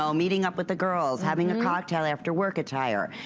um meeting up with the girls, having a cocktail after work attire.